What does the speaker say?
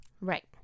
Right